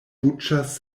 buĉas